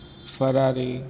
Ferrari